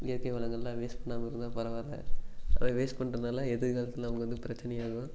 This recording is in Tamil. இயற்கை வளங்கள்லாம் வேஸ்ட் பண்ணாமல் இருந்தால் பரவாயில்ல வேஸ்ட் பண்றனால் எதிர்காலத்தில் நமக்கு வந்து பிரச்சனை ஆகும்